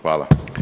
Hvala.